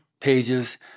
pages